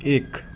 एक